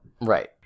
Right